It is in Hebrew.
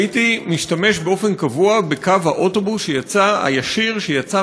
הייתי משתמש באופן קבוע בקו האוטובוס הישיר שיצא